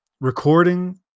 Recording